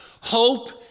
Hope